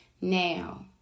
now